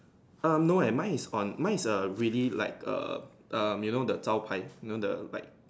um no eh mine is on mine is a really like a um you know the 招牌:Zhao Pai you know the right